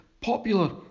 popular